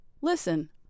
Listen